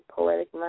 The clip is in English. Poetic